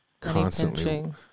constantly